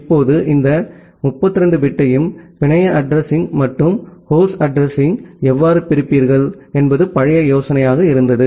இப்போது இந்த 32 பிட்டையும் பிணைய அட்ரஸிங் மற்றும் ஹோஸ்ட் அட்ரஸிங்யாக எவ்வாறு பிரிப்பீர்கள் என்பது பழைய யோசனையாக இருந்தது